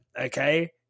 Okay